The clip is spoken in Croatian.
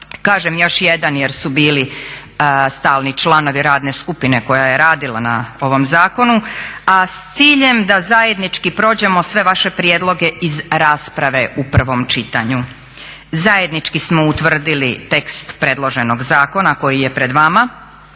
Kažem još jedan jer su bili stalni članovi radne skupine koja je radila na ovom zakonu, a s ciljem da zajednički prođemo sve vaše prijedloge iz rasprave u prvom čitanju. Zajednički smo utvrdili tekst predloženog zakona koji je pred vama